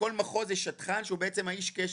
לכל מחוז יש שדכן שהוא בעצם האיש קשר.